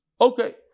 Okay